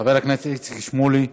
חבר הכנסת איציק שמולי,